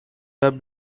have